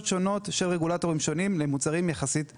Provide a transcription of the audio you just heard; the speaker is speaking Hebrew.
שונות של רגולטורים שונים למוצרים יחסית דומים.